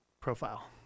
profile